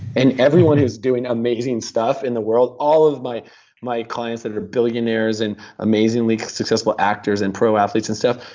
and everyone who's doing amazing stuff in the world all of my my clients that are billionaires, and amazingly successful actors, and pro athletes and stuff,